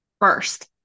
first